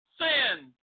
sin